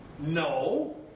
No